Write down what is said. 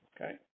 Okay